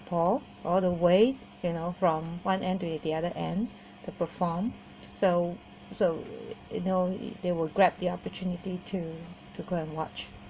all the way you know from one end to the other end the perform so so you know they will grab their opportunity to to go and watch